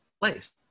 place